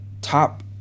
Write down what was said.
top